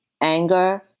anger